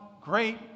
great